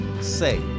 Say